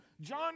John